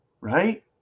right